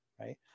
right